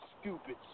stupid